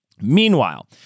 Meanwhile